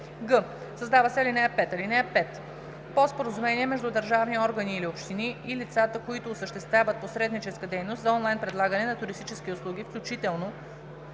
г) създава се ал. 5: „(5) По споразумение между държавни органи/общини и лицата, които осъществяват посредническа дейност за онлайн предлагане на туристически услуги, включително